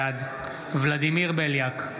בעד ולדימיר בליאק,